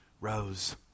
rose